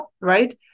right